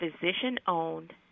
physician-owned